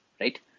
right